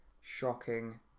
shocking